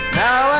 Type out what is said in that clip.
now